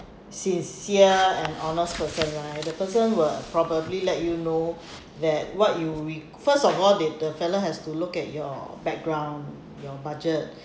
sincere and honest person right the person will probably let you know that what you re~ first of all they the fellow has to look at your background your budget